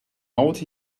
out